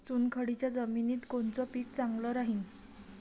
चुनखडीच्या जमिनीत कोनचं पीक चांगलं राहीन?